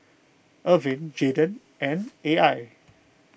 Ervin Jayden and A I